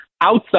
Outside